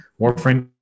warframe